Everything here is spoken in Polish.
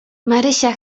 marysia